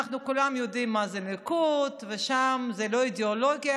אנחנו כולם יודעים מה זה ליכוד ושם זה לא אידיאולוגיה,